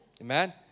Amen